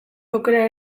aukera